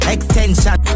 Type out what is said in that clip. Extension